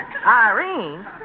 Irene